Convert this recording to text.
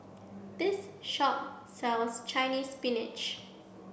this shop sells Chinese Spinach